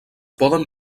poden